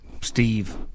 Steve